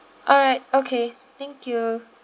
alright okay thank you